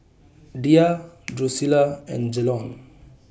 Diya Drusilla and Jalon